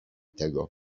tego